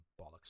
bollocks